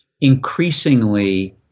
increasingly